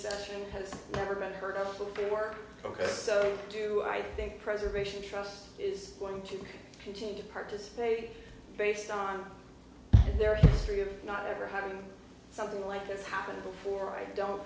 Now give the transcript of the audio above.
session has never been heard of for work ok so do i think preservation trust is going to continue to participate based on their history of not ever having something like this happen before i don't